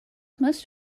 most